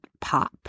Pop